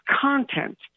content